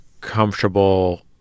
comfortable